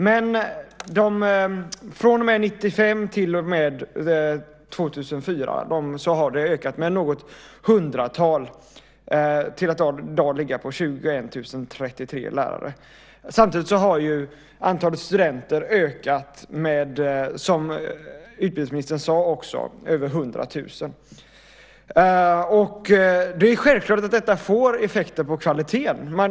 Från och med 1995 till och med 2004 har det ökat med något hundratal till att i dag ligga på 21 033 lärare. Samtidigt har antalet studenter ökat, som utbildningsministern sade, med över 100 000. Det är självklart att det får effekter på kvaliteten.